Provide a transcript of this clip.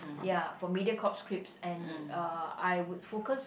ya for Mediacorp scripts and uh I would focus